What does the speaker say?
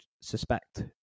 suspect